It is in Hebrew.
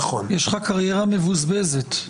יש לך קריירה מבוזבזת.